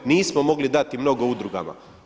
Nismo mogli dati mnogo udrugama.